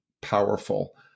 powerful